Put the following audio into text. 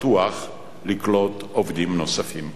פתוח לקלוט עובדים חדשים.